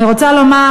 אני רוצה לומר